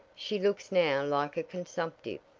she looks now like a consumptive.